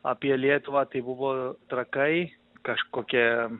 apie lietuvą tai buvo trakai kažkokia